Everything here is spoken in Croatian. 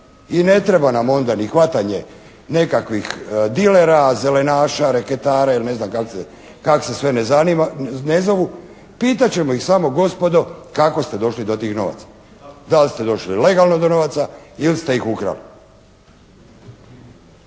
I ne treba nam onda ni hvatanje nekakvih dilera, zelenaša, reketare ili ne znam kako se sve zovu, pitati ćemo ih samo gospodo kako ste došli do tih novaca. Da li ste došli legalno do novaca ili ste ih ukrali.